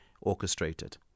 orchestrated